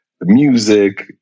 music